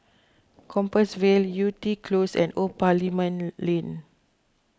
Compassvale Yew Tee Close and Old Parliament Lane